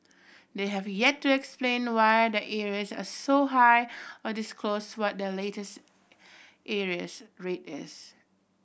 they have yet to explain why their arrears are so high or disclose what their latest arrears rate is